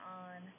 on